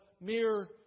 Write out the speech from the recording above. mere